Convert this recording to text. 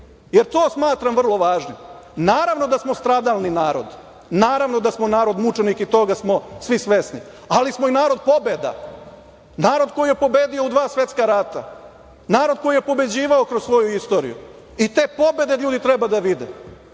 jer to smatram vrlo važnim. Naravno da smo stradalni narod, naravno da smo narod mučenika i toga smo svi svesni, ali smo i narod pobeda, narod koji je pobedio u dva svetska rata. Narod koji je pobeđivao kroz svoju istoriju. I te pobede ljudi treba da vide.